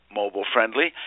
mobile-friendly